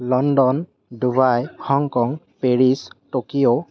London Dubai Hong Kong Paris Tokyo